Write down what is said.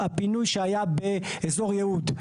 בפינוי שהיה באזור יהוד.